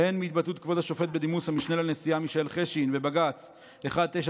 הן מהתבטאות כבוד השופט בדימוס המשנה לנשיאה מישאל חשין בבג"ץ 1993/03,